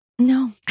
No